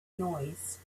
noise